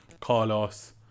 Carlos